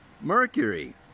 Mercury